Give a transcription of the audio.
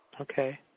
Okay